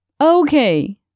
Okay